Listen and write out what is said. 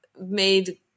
made